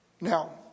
Now